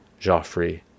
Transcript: Joffrey